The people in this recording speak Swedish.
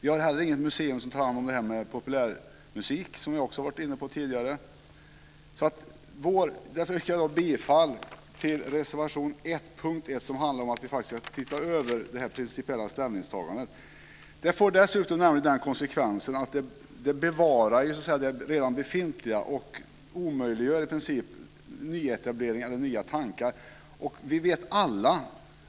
Vi har heller inget museum som tar hand om det här med populärmusik, som vi också har varit inne på tidigare. Därför yrkar jag bifall till reservation 1 under punkt 1 som handlar om att vi faktiskt ska se över det här principiella ställningstagandet. Det får dessutom nämligen den konsekvensen att det bevarar det redan befintliga och i princip omöjliggör nyetableringar eller nya tankar. Vi vet alla